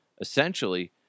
essentially